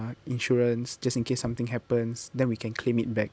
~[ah] insurance just in case something happens then we can claim it back